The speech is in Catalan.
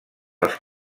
als